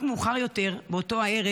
רק מאוחר יותר באותו ערב